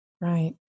Right